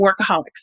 workaholics